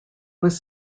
was